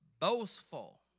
boastful